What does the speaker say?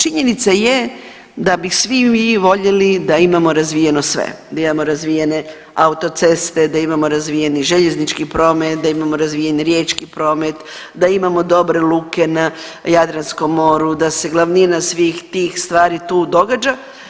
Činjenica je da bi svi mi voljeli da imamo razvijeno sve, da imamo razvijene autoceste, da imamo razvijeni željeznički promet, da imamo razvijen riječki promet, da imamo dobre luke na Jadranskom moru, da se glavnina svih tih stvari tu događa.